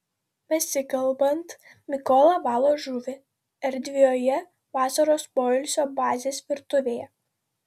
besikalbant mikola valo žuvį erdvioje vasaros poilsio bazės virtuvėje